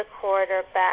quarterback